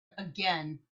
again